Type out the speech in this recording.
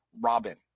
Robin